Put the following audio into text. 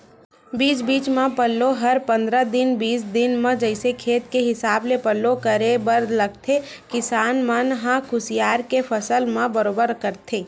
बीच बीच म पल्लो हर पंद्रह दिन बीस दिन म जइसे खेत के हिसाब ले पल्लो करे बर लगथे किसान मन ह कुसियार के फसल म बरोबर करथे